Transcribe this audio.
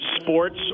sports